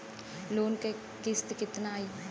Loan क किस्त कितना आई?